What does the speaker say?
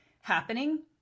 happening